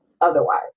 otherwise